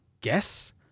guess